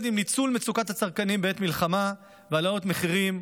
עם ניצול מצוקת הצרכנים בעת מלחמה והעלאות מחירים,